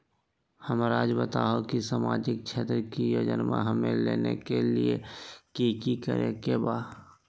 हमराज़ बताओ कि सामाजिक क्षेत्र की योजनाएं हमें लेने के लिए कि कि करे के बा?